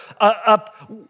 up